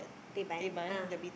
Teban ah